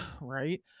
Right